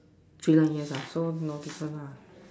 three line yes ah so no difference lah